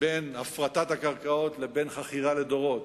בין הפרטת הקרקעות לבין חכירה לדורות,